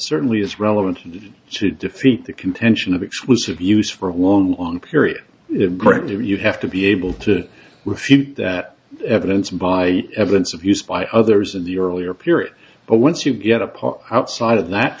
certainly is relevant to defeat the contention of exclusive use for a long long period pretty you have to be able to refute that evidence by evidence of use by others in the earlier period but once you get a part outside of that